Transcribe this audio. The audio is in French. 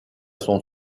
son